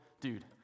dude